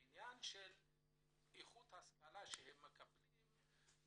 בעניין של איכות ההשכלה שהם מקבלים,